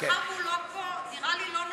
מאחר שהוא לא פה, נראה לי לא נכון.